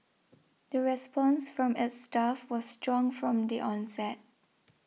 the response from its staff was strong from the onset